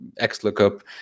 XLOOKUP